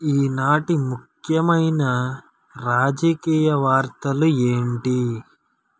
ఈనాటి ముఖ్యమైన రాజకీయ వార్తలు ఏంటి